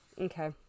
Okay